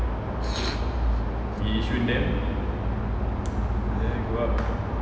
go up